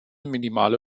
minimale